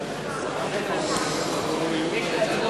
בבקשה.